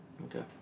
okay